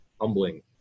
humbling